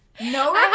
No